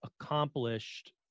accomplished